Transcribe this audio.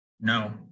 No